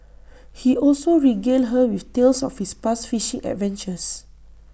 he also regaled her with tales of his past fishing adventures